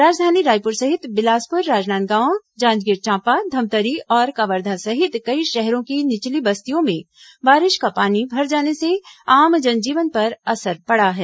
राजधानी रायपुर सहित बिलासपुर राजनांदगांव जांजगीर चांपा धमतरी और कवर्धा सहित कई शहरों की निचली बस्तियों में बारिश का पानी भर जाने से आम जन जीवन पर असर पड़ा है